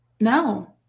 No